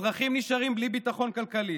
אזרחים נשארים בלי ביטחון כלכלי,